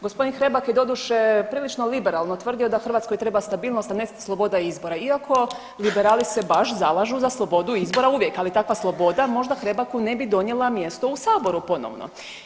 Gospodin Hrebak je doduše prilično liberalno tvrdio da Hrvatskoj treba stabilnost, a ne sloboda izbora iako liberali se baš zalažu za slobodu izbora uvijek, ali takva sloboda možda Hrebaku ne bi donijela mjesto u saboru ponovno.